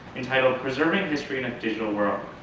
entitled preserving history in a digital world.